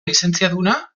lizentziaduna